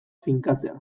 finkatzea